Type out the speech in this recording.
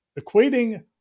Equating